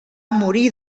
morir